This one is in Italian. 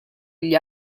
gli